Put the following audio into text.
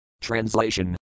Translation